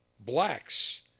Blacks